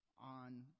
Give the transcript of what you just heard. on